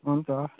हुन्छ